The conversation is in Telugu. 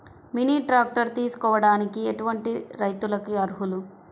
మినీ ట్రాక్టర్ తీసుకోవడానికి ఎటువంటి రైతులకి అర్హులు?